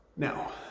Now